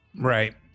Right